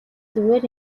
зүгээр